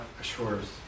assures